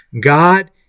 God